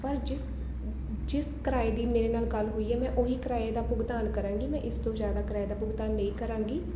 ਪਰ ਜਿਸ ਜਿਸ ਕਿਰਾਏ ਦੀ ਮੇਰੇ ਨਾਲ ਗੱਲ ਹੋਈ ਹੈ ਮੈਂ ਉਹੀ ਕਿਰਾਏ ਦਾ ਭੁਗਤਾਨ ਕਰਾਂਗੀ ਮੈਂ ਇਸ ਤੋਂ ਜ਼ਿਆਦਾ ਕਿਰਾਏ ਦਾ ਭੁਗਤਾਨ ਨਹੀਂ ਕਰਾਂਗੀ